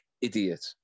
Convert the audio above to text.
idiot